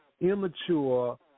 immature